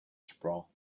sprawl